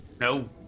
No